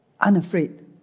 Unafraid